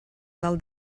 del